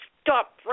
Stop